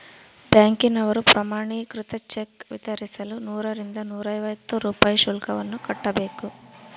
ಬ್ಯಾಂಕಿನವರು ಪ್ರಮಾಣೀಕೃತ ಚೆಕ್ ವಿತರಿಸಲು ನೂರರಿಂದ ನೂರೈವತ್ತು ರೂಪಾಯಿ ಶುಲ್ಕವನ್ನು ಕಟ್ಟಬೇಕು